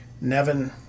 Nevin